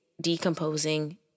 decomposing